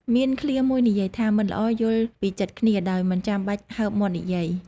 មានឃ្លាមួយនិយាយថា "មិត្តល្អយល់ពីចិត្តគ្នា ដោយមិនចាំបាច់ហើបមាត់និយាយ"